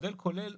מודל כולל